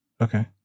Okay